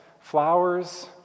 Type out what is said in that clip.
flowers